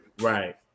right